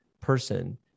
person